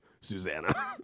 Susanna